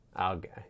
Okay